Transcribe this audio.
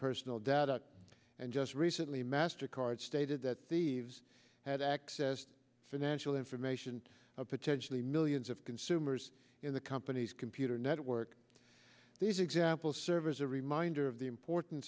personal data and just recently master card stated that the eves had access financial information to a potentially millions of consumers in the company's computer network these examples serve as a reminder of the importance